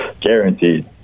Guaranteed